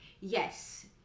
yes